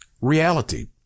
reality